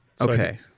Okay